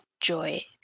joy